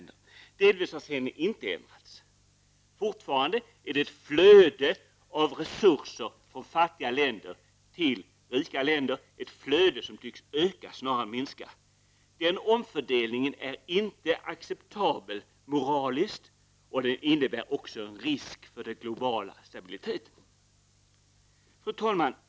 Delvis har scenen inte ändrats: Fortfarande är det ett flöde av resurser från fattiga länder till rika länder, ett flöde som tycks öka snarare än minska. Den omfördelningen är inte moraliskt acceptabel, och den innebär också en risk för den globala stabiliteten. Fru talman!